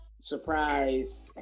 surprise